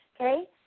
okay